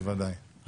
בוודאי.